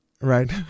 right